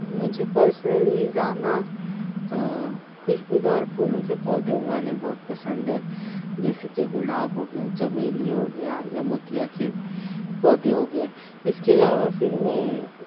مجھے پرسنلی زیادہ خوشبودار پھولوں کے پودے اگانے بہت پسند ہیں جیسے کہ گلاب ہو گیا چمیلی ہو گیا یا موتیا کے پودے ہو گئے اس کے علاوہ پھر میں